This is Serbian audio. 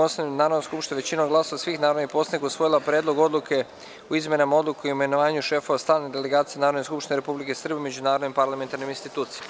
Konstatujem da je Narodna skupština većinom glasova svih narodnih poslanika usvojila Predlog odluke o izmenama Odluke o imenovanju šefova stalnih delegacija Narodne skupštine Republike Srbije u međunarodnim parlamentarnim institucijama.